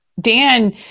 Dan